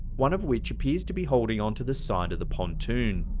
one of which appears to be holding on to the side of the pontoon.